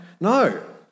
No